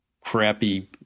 crappy